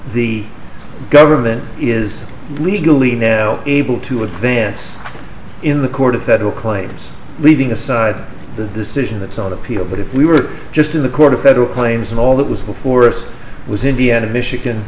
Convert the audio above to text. the government is legally now able to advance in the court of federal claims leaving aside the decision that's on appeal but if we were just in the court of federal claims and all that was before us was in vienna michigan